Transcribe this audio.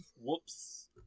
Whoops